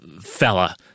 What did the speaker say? fella